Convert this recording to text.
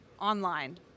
online